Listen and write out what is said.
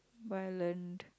but I learnt